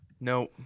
No